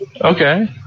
okay